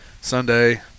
Sunday